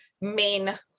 main